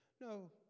No